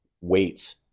weights